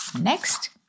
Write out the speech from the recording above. next